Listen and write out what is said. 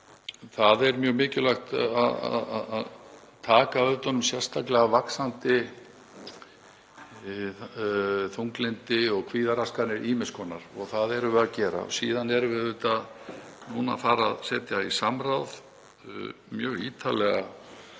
Það er mjög mikilvægt að taka utan um sérstaklega vaxandi þunglyndi og kvíðaraskanir ýmiss konar og það erum við að gera. Síðan erum við að fara að setja í samráð mjög ítarlega